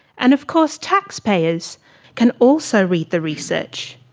and of course taxpayers can also read the research.